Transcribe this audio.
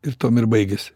ir tuom ir baigėsi